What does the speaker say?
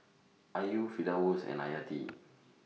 Ayu Firdaus and Hayati